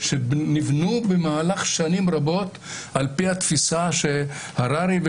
שנבנו במהלך שנים רבות על פי התפיסה של הררי,